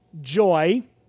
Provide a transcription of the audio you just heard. joy